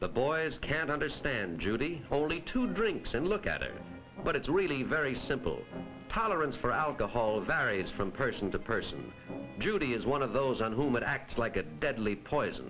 the boys can understand judy only two drinks and look at it but it's really very simple power and for alcohol varies from person to person judy is one of those on whom it acts like a deadly poison